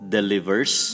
Delivers